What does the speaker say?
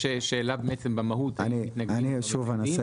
יש שאלה בעצם במהות אם מתנגדים או לא מתנגדים?